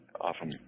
often